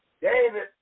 David